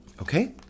Okay